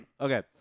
Okay